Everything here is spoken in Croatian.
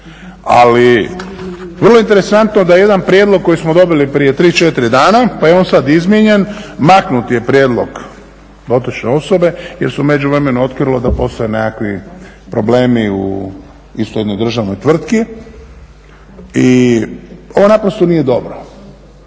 Ali vrlo interesantno da jedan prijedlog koji smo dobili prije tri, četiri dana, pa je on sad izmijenjen, maknut je prijedlog dotične osobe jer se u međuvremenu otkrilo da postoje nekakvi problemi u isto jednoj državnoj tvrtki i ovo naprosto nije dobro.